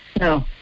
no